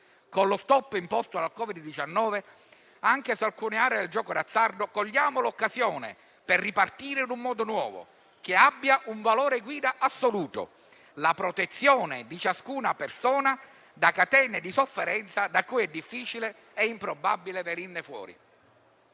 Con lo *stop* imposto dal Covid-19 anche su alcune aree del gioco d'azzardo, cogliamo l'occasione per ripartire in un modo nuovo, che abbia un valore guida assoluto: la protezione di ciascuna persona da catene di sofferenza da cui è difficile e improbabile venire fuori.